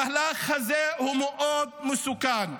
המהלך הזה הוא מאוד מסוכן.